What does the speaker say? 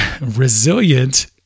Resilient